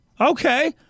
okay